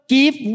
give